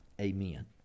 amen